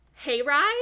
Hayride